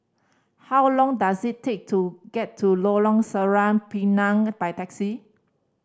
how long does it take to get to Lorong Sireh Pinang by taxi